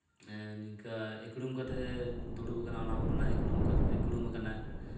ᱱᱤᱝᱠᱟ ᱩᱠᱲᱩᱢ ᱠᱟᱛᱮᱜ ᱮ ᱫᱩᱲᱩᱵ ᱟᱠᱟᱱᱟ ᱚᱱᱟᱦᱚᱸ ᱵᱚᱱ ᱢᱮᱱᱟ ᱩᱠᱲᱩᱢ ᱟ ᱠᱟᱱᱟᱭ